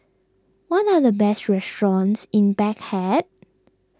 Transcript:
what are the best restaurants in Baghdad